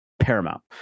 paramount